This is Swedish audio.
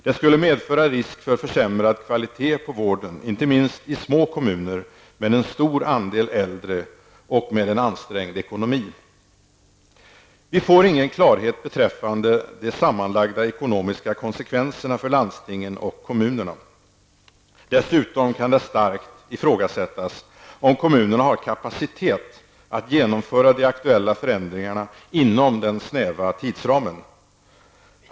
Det skulle medföra risk för försämrad kvalitet på vården, inte minst i små kommuner, med en stor andel äldre och med en ansträngd ekonomi. Vi får ingen klarhet beträffande de sammanlagda ekonomiska konsekvenserna för landstinget och kommunerna. Dessutom kan det starkt i frågasättas om kommunerna har kapacitet att genomföra de aktuella förändringarna inom den snäva tidsramen.